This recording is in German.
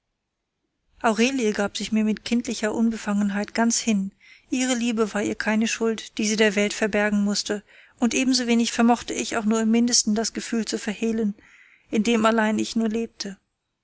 aurelie gab sich mir mit kindlicher unbefangenheit ganz hin ihre liebe war ihr keine schuld die sie der welt verbergen mußte und ebensowenig vermochte ich auch nur im mindesten das gefühl zu verhehlen in dem allein ich nur lebte